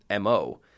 MO